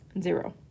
zero